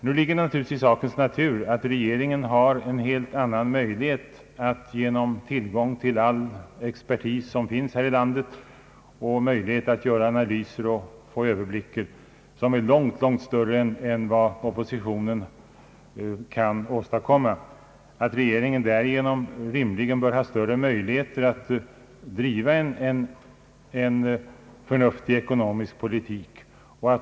Nu ligger det naturligtvis i sakens natur att regeringen har en helt annan möjlighet att genom tillgång till all expertis som finns här i landet och genom möjlighet att göra analyser och överblickar, som är långt större än vad oppositionen har, få underlag till den ekonomiska politiken.